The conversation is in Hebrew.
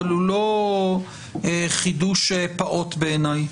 אבל הוא לא חידוש פעוט בעיניי,